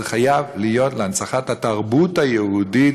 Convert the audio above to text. זה חייב להיות הנצחת התרבות היהודית